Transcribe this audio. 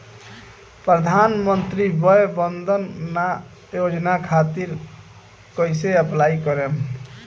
प्रधानमंत्री वय वन्द ना योजना खातिर कइसे अप्लाई करेम?